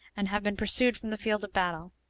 and have been pursued from the field of battle.